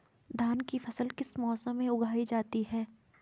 धान की फसल किस मौसम में उगाई जाती है?